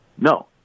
No